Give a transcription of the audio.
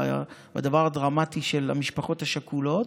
בדבר הדרמטי של המשפחות השכולות,